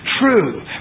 true